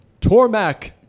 Tormac